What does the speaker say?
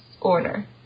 order